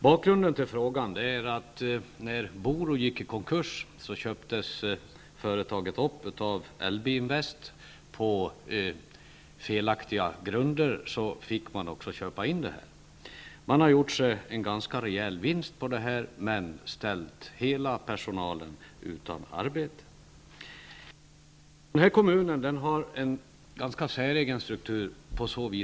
Bakgrunden till frågan är att Boro, när företaget gick i konkurs, köptes upp av LB-Invest. Köpet fick genomföras på felaktiga grunder. Man har gjort sig en rejäl vinst men ställt hela personalen utan arbete. Arbetsmarknaden i Gagnefs kommun har en säregen struktur.